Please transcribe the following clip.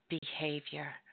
behavior